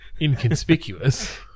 inconspicuous